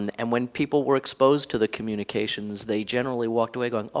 and and when people were exposed to the communications they generally walked away going, ah